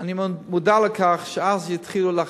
אני מודע לכך שאז יתחילו לחצים,